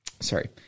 Sorry